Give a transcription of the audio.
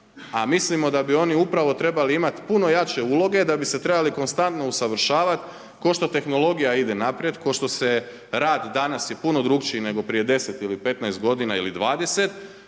A mislimo da bi oni upravo trebali imati puno jače uloge da bi se trebali konstantno usavršavat kao što tehnologija ide naprijed, kao što se rad danas je puno drukčiji nego prije 10 ili 15 godina ili 20,